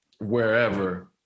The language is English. wherever